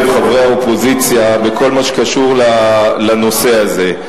חברי האופוזיציה בכל מה שקשור לנושא הזה.